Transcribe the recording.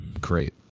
great